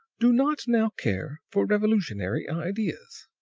do not now care for revolutionary ideas.